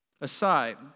aside